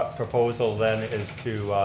proposal then is to